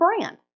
brand